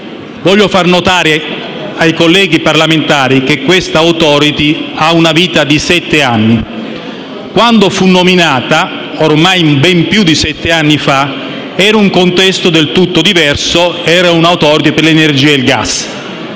Voglio far notare ai colleghi parlamentari che questa *Authority* ha una vita di sette anni. Quando fu nominata, ormai ben più di sette anni fa, il contesto era del tutto diverso, era un'*Authority* per l'energia e il gas.